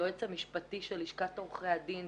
היועץ המשפטי של לשכת עורכי הדין,